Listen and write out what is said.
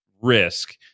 risk